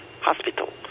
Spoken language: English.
hospital